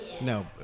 No